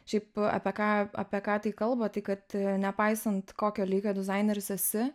šiaip apie ką apie ką kalba tai kad nepaisant kokio lygio dizaineris esi